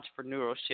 entrepreneurship